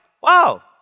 wow